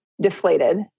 deflated